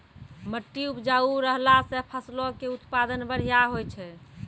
मट्टी उपजाऊ रहला से फसलो के उत्पादन बढ़िया होय छै